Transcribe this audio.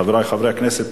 חברי חברי הכנסת,